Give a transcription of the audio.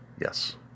yes